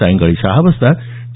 सायंकाळी सहा वाजता टी